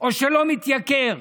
או שלא מתייקר.